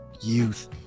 youth